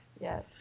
Yes